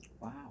Wow